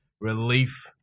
relief